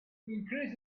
increase